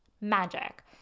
magic